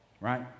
Right